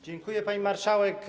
Dziękuję, pani marszałek.